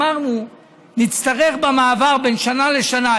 אמרנו: נצטרך במעבר בין שנה לשנה,